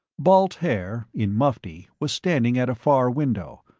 balt haer, in mufti, was standing at a far window,